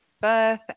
birth